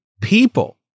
people